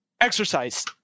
exercise